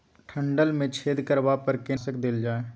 डंठल मे छेद करबा पर केना कीटनासक देल जाय?